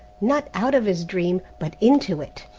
not out of his dream, but into it,